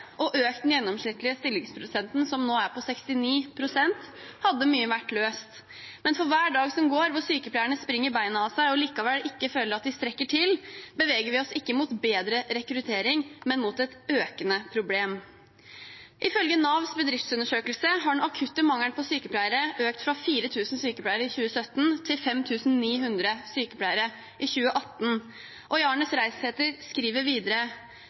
og økt den gjennomsnittlige stillingsprosenten, som nå er på 69 pst., hadde mye vært løst. Men for hver dag som går, hvor sykepleierne springer beina av seg og likevel ikke føler at de strekker til, beveger vi oss ikke mot bedre rekruttering, men mot et økende problem. Ifølge Navs bedriftsundersøkelse har den akutte mangelen på sykepleiere økt fra 4 000 sykepleiere i 2017 til 5 900 sykepleiere i 2018. Og Jarness Reisæter skrev videre: